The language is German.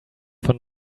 von